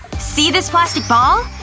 see this plastic ball?